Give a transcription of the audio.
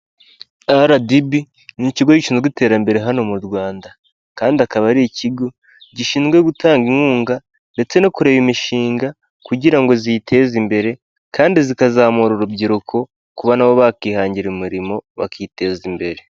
RDB ni ikigo gishinzwe iterambere hano mu Rwanda, kandi akaba ari ikigo gishinzwe gutanga inkunga, ndetse no kureba imishinga kugira ngo ziyiteze imbere, kandi zikazamura urubyiruko kuba na bo bakwihangira imirimo bakiteza imbere.